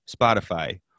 Spotify